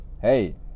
Hey